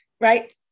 right